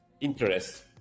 interest